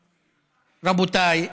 רבותיי,